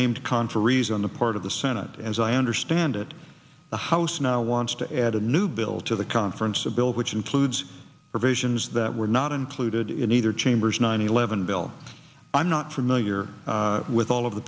named conferees on the part of the senate as i understand it the house now wants to add a new bill to the conference of bills which includes provisions that were not included in either chambers nine eleven bill i'm not familiar with all of the